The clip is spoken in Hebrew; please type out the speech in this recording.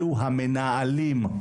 אלו המנהלים.